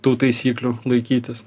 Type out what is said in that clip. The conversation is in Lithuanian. tų taisyklių laikytis